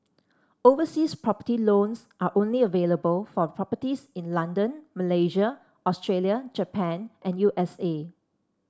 overseas property loans are only available for properties in London Malaysia Australia Japan and U S A